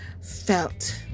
felt